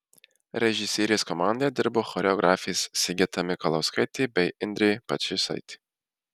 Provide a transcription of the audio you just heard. režisierės komandoje dirbo choreografės sigita mikalauskaitė bei indrė pačėsaitė